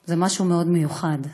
זה משהו מאוד מיוחד,